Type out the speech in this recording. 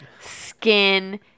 skin